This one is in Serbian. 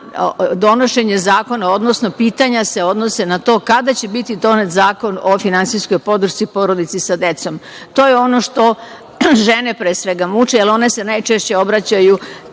donošenje Zakona, odnosno pitanja se odnose na to kada će biti donet zakon o finansijskoj podršci porodici sa decom. To je ono što žene, pre svega, muči, jer se one najčešće obraćaju,